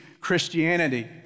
Christianity